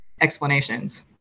explanations